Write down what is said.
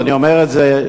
ואני אומר את זה,